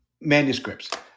manuscripts